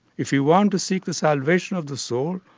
if you want to seek the salvation of the soul,